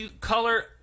color